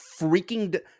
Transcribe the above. freaking